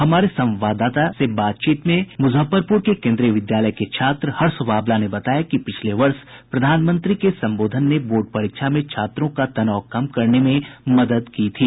हमारे संवाददाता से बातचीत में मुजफ्फरपुर के केन्द्रीय विद्यालय के छात्र हर्ष बाब्ला ने बताया कि पिछले वर्ष प्रधानमंत्री के संबोधन ने बोर्ड परीक्षा में छात्रों का तनाव कम करने में मदद की थी